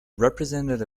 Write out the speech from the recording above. represented